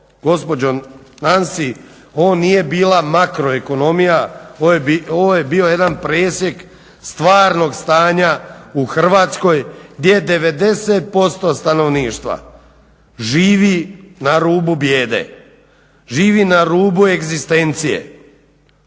gospođo Nansi ovo nije bila makroekonomija, ovo je bio jedan presjek stvarnog stanja u Hrvatskoj gdje 90% stanovništva živi na rubu bijede, živi na rubu egzistencije